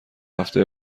هفته